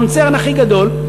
קונצרן הכי גדול,